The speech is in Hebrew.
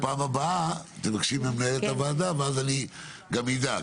רק פעם הבאה תבקשי ממנהלת הוועדה ואז אני גם אדע,